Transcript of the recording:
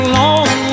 long